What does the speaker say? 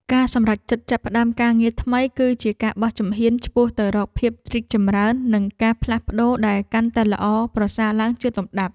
ការសម្រេចចិត្តចាប់ផ្ដើមការងារថ្មីគឺជាការបោះជំហានឆ្ពោះទៅរកភាពរីកចម្រើននិងការផ្លាស់ប្តូរដែលកាន់តែល្អប្រសើរឡើងជាលំដាប់។